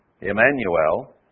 Emmanuel